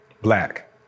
black